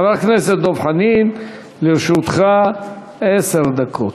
חבר הכנסת דב חנין, לרשותך עשר דקות.